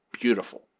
beautiful